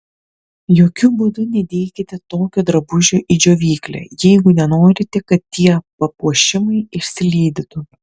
jokiu būdu nedėkite tokio drabužio į džiovyklę jeigu nenorite kad tie papuošimai išsilydytų